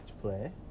play